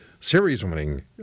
series-winning